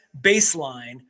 baseline